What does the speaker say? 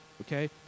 okay